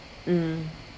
mm